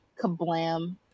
Kablam